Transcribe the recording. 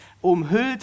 umhüllt